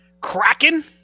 Kraken